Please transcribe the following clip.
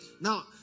Now